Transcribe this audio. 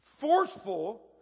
forceful